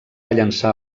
llançar